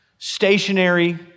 stationary